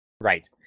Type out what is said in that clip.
Right